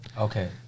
okay